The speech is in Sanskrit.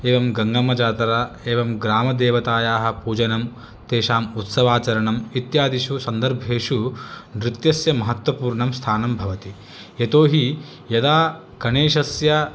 एवं गङ्गम्मजात्रा एवं ग्रामदेवतायाः पूजनं तेषाम् उत्सवाचरणम् इत्यादिषु सन्दर्भेषु नृत्यस्य महत्वपूर्णं स्थानं भवति यतोहि यदा गणेशस्य